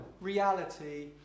reality